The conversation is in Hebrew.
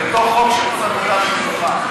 אותו חוק של שעות עבודה ומנוחה.